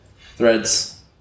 Threads